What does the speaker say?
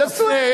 שיעשו.